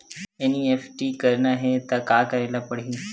NEFT करना हे त का करे ल पड़हि?